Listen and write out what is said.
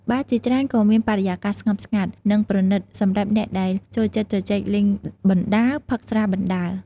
បារជាច្រើនក៏មានបរិយាកាសស្ងប់ស្ងាត់ និងប្រណិតសម្រាប់អ្នកដែលចូលចិត្តជជែកលេងបណ្ដើរ ផឹកស្រាបណ្ដើរ ។